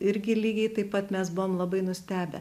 irgi lygiai taip pat mes buvom labai nustebę